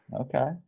Okay